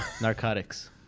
narcotics